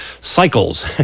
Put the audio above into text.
cycles